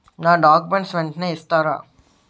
నా డాక్యుమెంట్స్ వెంటనే ఇస్తారా?